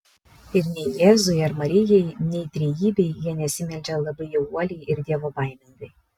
ir nei jėzui ar marijai nei trejybei jie nesimeldžia labai jau uoliai ir dievobaimingai